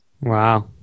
Wow